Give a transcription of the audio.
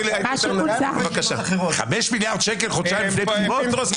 5 מיליארד שקלים חודשיים לפני בחירות?